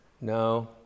no